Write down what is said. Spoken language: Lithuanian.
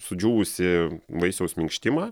sudžiūvusį vaisiaus minkštimą